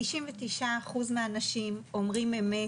99% מהאנשים אומרים אמת